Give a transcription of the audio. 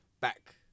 back